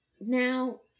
Now